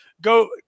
go –